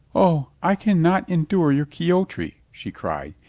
o, i can not endure your quixotry, she cried.